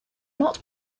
not